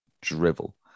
drivel